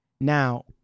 Now